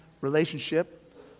relationship